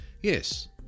Yes